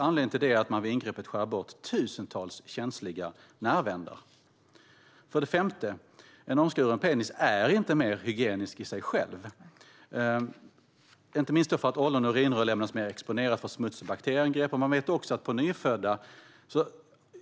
Anledningen till det är att man vid ingreppet skär bort tusentals känsliga nervändar. För det femte: En omskuren penis är inte mer hygienisk i sig själv, inte minst för att ollon och urinrör lämnas mer exponerade för smuts och bakterieangrepp. Man vet också att på nyfödda